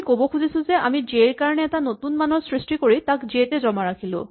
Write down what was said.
আমি ক'ব খুজিছো যে আমি জে ৰ কাৰণে এটা নতুন মানৰ সৃষ্টি কৰি তাক জে তে জমা ৰাখিলো